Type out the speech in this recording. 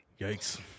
Yikes